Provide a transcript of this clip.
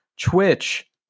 Twitch